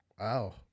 Wow